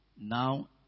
Now